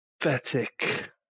pathetic